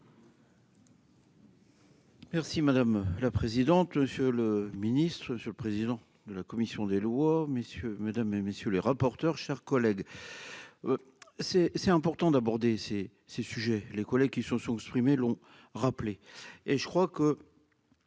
Merci madame la présidente, monsieur le Ministre, Monsieur le président de la commission des lois, messieurs, mesdames et messieurs les rapporteurs, chers collègues, c'est c'est important d'aborder ces ces sujets, les collègues qui sont sont exprimés l'ont rappelé et je crois que